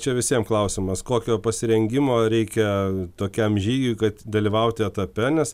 čia visiem klausimas kokio pasirengimo reikia tokiam žygiui kad dalyvauti etape nes